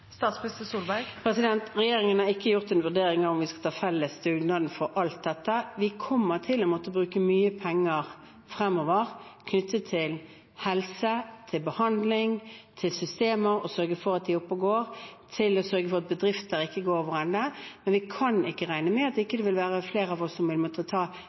Regjeringen har ikke gjort en vurdering av om vi skal ta felles dugnad for alt dette. Vi kommer til å måtte bruke mye penger fremover knyttet til helse, til behandling og til systemer og sørge for at de er oppe og går, og til å sørge for at bedrifter ikke går overende. Men vi kan ikke regne med at det ikke vil være flere av oss som vil måtte ta